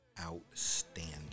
outstanding